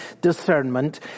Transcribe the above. discernment